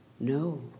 No